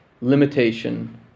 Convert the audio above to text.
limitation